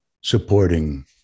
supporting